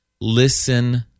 Listen